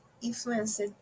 influenced